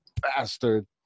bastard